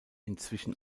inzwischen